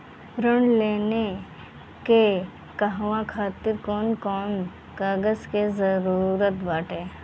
ऋण लेने के कहवा खातिर कौन कोन कागज के जररूत बाटे?